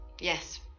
Yes